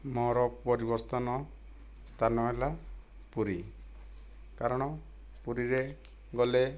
ମୋର ପରିବସ୍ତନ ସ୍ଥାନ ହେଲା ପୁରୀ କାରଣ ପୁରୀରେ ଗଲେ